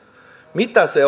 mitä se